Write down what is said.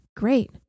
great